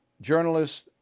journalists